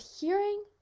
hearing